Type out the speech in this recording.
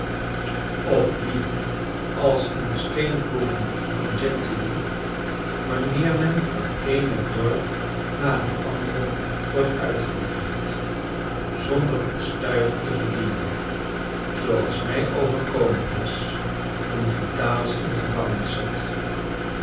of die als in de steengroeven van gentilly wanneer men het eene dorp na het andere wordt uitgejaagd zonder een stuiver te verdienen zooals mij overkomen was toen vitalis in de gevangenis zat